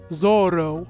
zorro